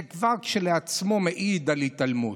זה כשלעצמו כבר מעיד על התעלמות.